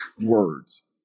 words